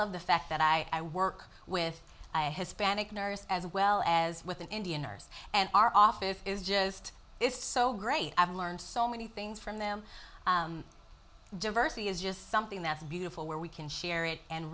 love the fact that i i work with i has panic nervous as well as with an indian ours and our office is just it's so great i've learned so many things from them diversity is just something that's beautiful where we can sh